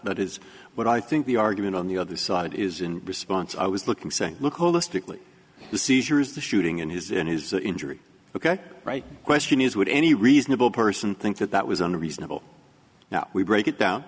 that is what i think the argument on the other side is in response i was looking saying look holistically the seizure is the shooting in his in his injury ok right question is would any reasonable person think that that was unreasonable now we break it down